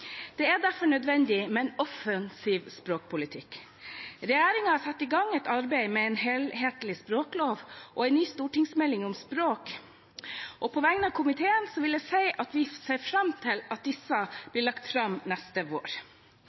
Det er derfor nødvendig med en offensiv språkpolitikk. Regjeringen har satt i gang et arbeid med en helhetlig språklov og en ny stortingsmelding om språk, og på vegne av komiteen vil jeg si at vi ser fram til at disse blir lagt fram neste vår.